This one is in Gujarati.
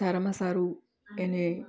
સારામાં સારું એને